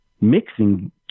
mixing